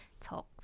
talk